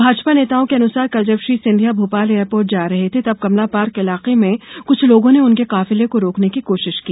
भाजपा नेताओं के अनुसार कल जब श्री सिंधिया भोपाल एयरपोर्ट जा रहे थे तब कमला पार्क इलाके में कुछ लोगों ने उनके काफिले को रोकने की कोशिश की